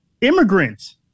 Immigrants